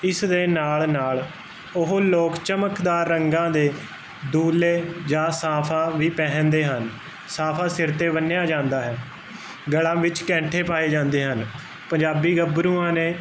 ਇਸ ਦੇ ਨਾਲ ਨਾਲ ਉਹ ਲੋਕ ਚਮਕਦਾਰ ਰੰਗਾਂ ਦੇ ਦੂਲੇ ਜਾਂ ਸਾਫਾ ਵੀ ਪਹਿਨਦੇ ਹਨ ਸਾਫਾ ਸਿਰ ਤੇ ਬੰਨਿਆ ਜਾਂਦਾ ਹੈ ਗਲਾਂ ਵਿੱਚ ਕੈਂਠੇ ਪਾਏ ਜਾਂਦੇ ਹਨ ਪੰਜਾਬੀ ਗੱਭਰੂਆਂ ਨੇ